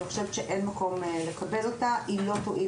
אני חושבת שאין מקום לקבל אותה; היא לא תועיל